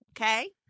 Okay